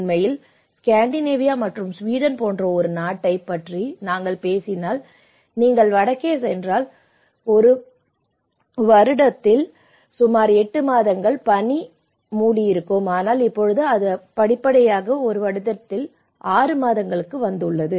உண்மையில் ஸ்காண்டிநேவியா மற்றும் சுவீடன் போன்ற ஒரு நாட்டைப் பற்றி நாங்கள் பேசினால் நீங்கள் வடக்கே சென்றால் ஒரு வருடத்தில் சுமார் 8 மாதங்கள் பனி மூடியிருக்கும் ஆனால் இப்போது அது படிப்படியாக ஒரு வருடத்தில் 6 மாதங்களுக்கு வந்துள்ளது